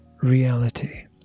Reality